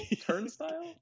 Turnstile